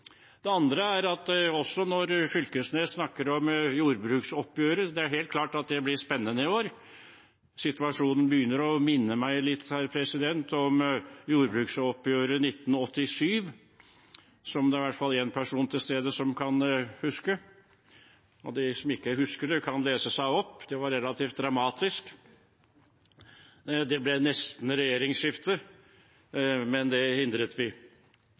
Fylkesnes snakker om jordbruksoppgjøret. Det er helt klart at det blir spennende i år. Situasjonen begynner å minne meg litt om jordbruksoppgjøret i 1987, som det i hvert fall er én person til stede som kan huske, og de som ikke husker det, kan lese seg opp. Det var relativt dramatisk. Det ble nesten regjeringsskifte, men det hindret vi.